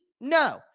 No